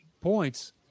points